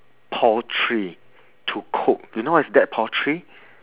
poultry to cook you know what is dead poultry